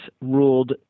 ruled